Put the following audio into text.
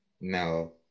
No